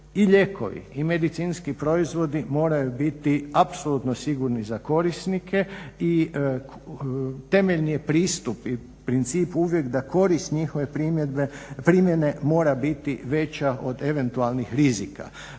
I lijekovi i medicinski proizvodi moraju biti apsolutno sigurni za korisnike i temeljni je pristup i princip uvijek da korist njihove primjene mora biti veća od eventualnih rizika.